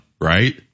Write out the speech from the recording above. Right